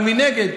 אבל מנגד,